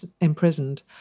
imprisoned